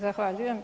Zahvaljujem.